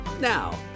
Now